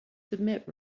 submit